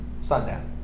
Sundown